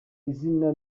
izina